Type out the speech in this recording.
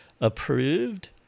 approved